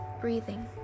breathing